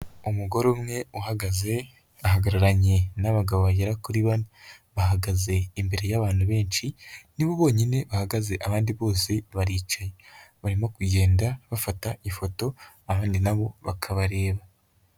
Umugore umwe uhagaze, ahagararanye n'abagabo bagera kuri bane, bahagaze imbere y'abantu benshi, nibo bonyine bahagaze, abandi bose baricaye, barimo kugenda bafata ifoto, abandi nabo bakabareba.